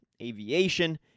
aviation